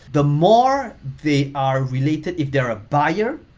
the more they are related if they're a buyer,